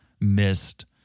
missed